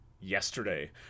yesterday